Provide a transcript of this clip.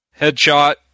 headshot